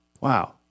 Wow